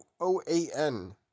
OAN